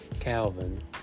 Calvin